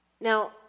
Now